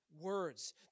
words